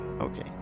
Okay